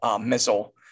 missile